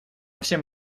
всем